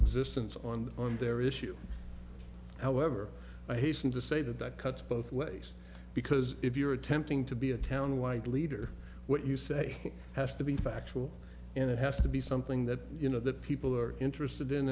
existence on the on their issue however i hasten to say that that cuts both ways because if you're attempting to be a town wide leader what you say has to be factual and it has to be something that you know that people are interested in